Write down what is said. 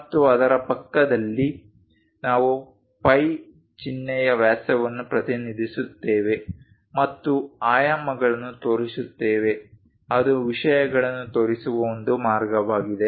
ಮತ್ತು ಅದರ ಪಕ್ಕದಲ್ಲಿ ನಾವು ಫೈ ಚಿಹ್ನೆಯ ವ್ಯಾಸವನ್ನು ಪ್ರತಿನಿಧಿಸುತ್ತೇವೆ ಮತ್ತು ಆಯಾಮಗಳನ್ನು ತೋರಿಸುತ್ತೇವೆ ಅದು ವಿಷಯಗಳನ್ನು ತೋರಿಸುವ ಒಂದು ಮಾರ್ಗವಾಗಿದೆ